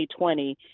2020